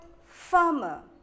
farmer